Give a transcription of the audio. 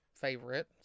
favorite